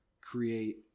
create